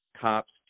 cops